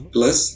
Plus